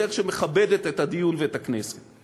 בדרך שמכבדת את הדיון ואת הכנסת.